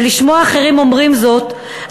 זה לשמוע אחרים אומרים זאת,